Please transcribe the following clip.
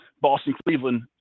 Boston-Cleveland